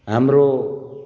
हाम्रो